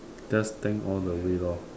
just thank all the way lor